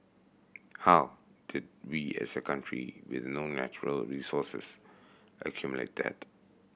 how did we as a country with no natural resources accumulate that